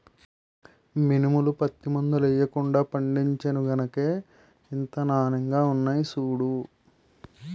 మినుములు, పత్తి మందులెయ్యకుండా పండించేను గనకే ఇంత నానెంగా ఉన్నాయ్ సూడూ